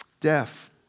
Deaf